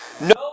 No